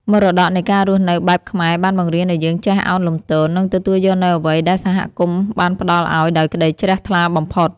មរតកនៃការរស់នៅបែបខ្មែរបានបង្រៀនឱ្យយើងចេះឱនលំទោន និងទទួលយកនូវអ្វីដែលសហគមន៍បានផ្តល់ឱ្យដោយក្តីជ្រះថ្លាបំផុត។